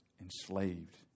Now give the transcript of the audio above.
enslaved